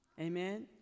Amen